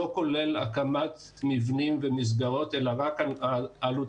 לא כולל הקמת מבנים ומסגרות אלא רק העלות